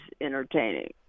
entertaining